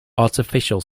artificial